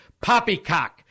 Poppycock